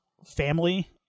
family